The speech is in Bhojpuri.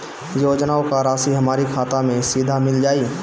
योजनाओं का राशि हमारी खाता मे सीधा मिल जाई?